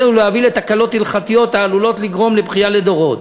ולהביא לתקלות הלכתיות העלולות לגרום בכייה לדורות.